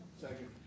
Second